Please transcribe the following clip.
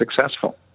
successful